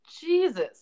Jesus